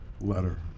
letter